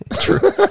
True